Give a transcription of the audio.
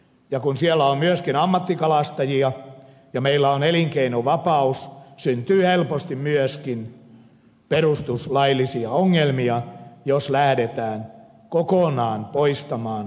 ja kun siellä on myöskin ammattikalastajia ja meillä on elinkeinovapaus syntyy helposti myöskin perustuslaillisia ongelmia jos lähdetään kokonaan poistamaan rannikkokalastusta